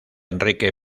enrique